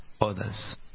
others